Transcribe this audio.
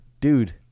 dude